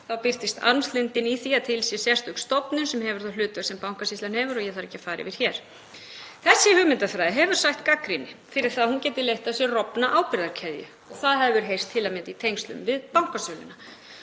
Þá birtist armslengdin í því að til sé sérstök stofnun sem hefur það hlutverk sem Bankasýslan hefur og ég þarf ekki að fara yfir hér. Þessi hugmyndafræði hefur sætt gagnrýni fyrir að hún geti leitt af sér rofna ábyrgðarkeðju. Það hefur heyrst til að mynda í tengslum við bankasöluna.